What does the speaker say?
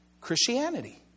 Christianity